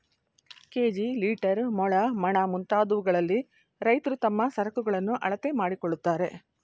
KG, litre, ಮೊಳ, ಮಣ, ಮುಂತಾದವುಗಳಲ್ಲಿ ರೈತ್ರು ತಮ್ಮ ಸರಕುಗಳನ್ನು ಅಳತೆ ಮಾಡಿಕೊಳ್ಳುತ್ತಾರೆ